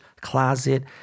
closet